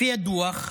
לפי הדוח,